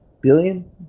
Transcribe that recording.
billion